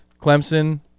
Clemson